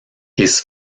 his